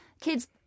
kids